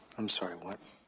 i'm sorry. what?